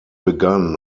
begann